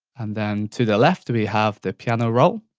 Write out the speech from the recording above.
and then to the left we have the piano roll,